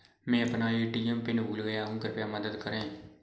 मैं अपना ATM PIN भूल गया हूँ, कृपया मदद करें